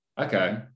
okay